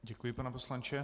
Děkuji, pane poslanče.